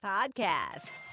Podcast